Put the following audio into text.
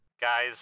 Guys